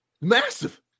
massive